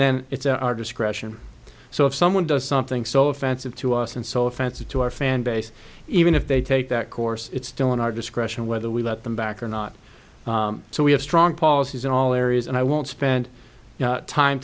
then it's our discretion so if someone does something so offensive to us and so offensive to our fan base even if they take that course it's still in our discretion whether we let them back or not so we have strong policies in all areas and i won't spend time